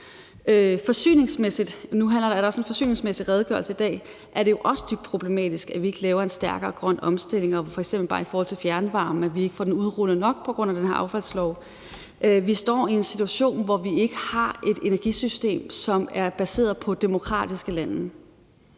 forsyningsmæssig redegørelse i dag, og forsyningsmæssigt er det jo også dybt problematisk, at vi ikke laver en stærkere grøn omstilling, og at vi f.eks. bare i forhold til fjernvarme ikke får den udrullet nok på grund af den her affaldslov. Vi står i en situation, hvor vi ikke har et energisystem, som er baseret på demokratiske lande.